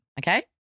Okay